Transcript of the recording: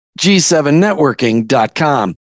g7networking.com